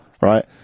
right